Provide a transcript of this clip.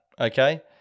okay